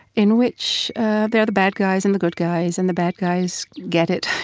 in which there are the bad guys and the good guys, and the bad guys get it.